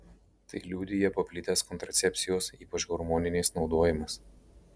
tai liudija paplitęs kontracepcijos ypač hormoninės naudojimas